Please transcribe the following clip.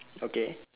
okay